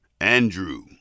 Andrew